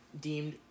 deemed